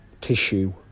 tissue